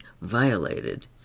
violated